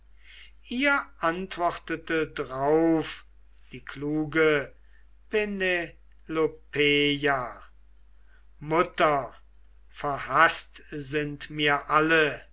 ihr antwortete drauf die kluge penelopeia mutter verhaßt sind mir alle